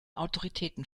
autoritäten